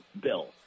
Bill